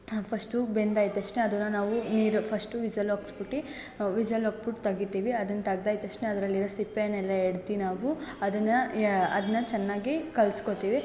first ಬೆಂದಾದ್ ತಕ್ಷಣ ಅದನ್ನು ನಾವು ನೀರು ಫಸ್ಟು ವಿಝಲ್ ಹೋಗ್ಸ್ಬಿಟ್ಟಿ ವಿಝಲ್ ಅಪೂಟ್ ತೆಗಿತೀವಿ ಅದನ್ನ ತೆಗ್ದಾಯ್ ತಕ್ಷಣ ಅದ್ರಲ್ಲಿರೋ ಸಿಪ್ಪೇನೆಲ್ಲ ಎಡ್ದಿ ನಾವು ಅದನ್ನು ಯಾ ಅದನ್ನ ಚೆನ್ನಾಗಿ ಕಲಿಸ್ಕೋತೀವಿ